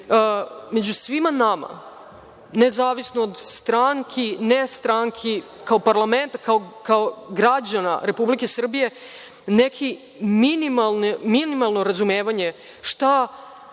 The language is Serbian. među svima nama, nezavisno od stranki, nestranki, kao parlament, kao građana Republike Srbije, neko minimalno razumevanje oko